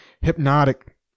hypnotic